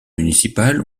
municipal